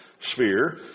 sphere